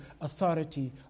authority